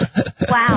Wow